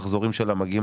המחזורים שלה מגיעים